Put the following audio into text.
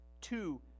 two